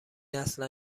اصلا